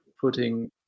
putting